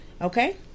Okay